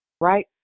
Right